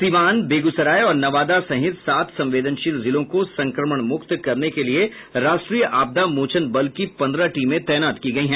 सीवान बेगूसराय और नवादा सहित सात संवेदनशील जिलों को संक्रमण मुक्त करने के लिए राष्ट्रीय आपदा मोचन बल की पन्द्रह टीमें तैनात की गई हैं